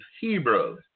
Hebrew